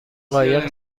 قایق